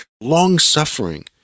long-suffering